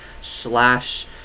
slash